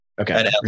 Okay